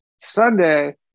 Sunday